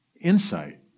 insight